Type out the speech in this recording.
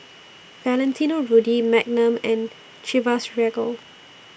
Valentino Rudy Magnum and Chivas Regal